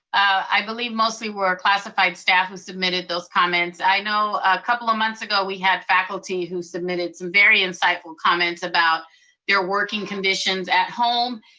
i believe mostly were classified staff who submitted those comments. i know a couple of months ago we had faculty who submitted some very insightful comments about their working conditions at home,